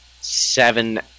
seven